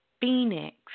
Phoenix